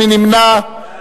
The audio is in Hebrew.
מי נמנע?